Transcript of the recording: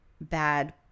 bad